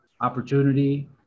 opportunity